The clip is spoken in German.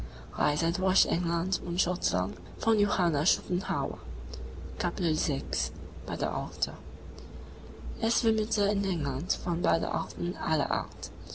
es wimmelte in england von badeorten aller art